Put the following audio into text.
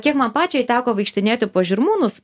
kiek man pačiai teko vaikštinėti po žirmūnus